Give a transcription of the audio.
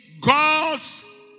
God's